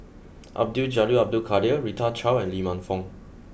Abdul Jalil Abdul Kadir Rita Chao and Lee Man Fong